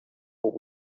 what